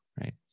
right